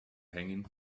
hanging